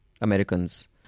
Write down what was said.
Americans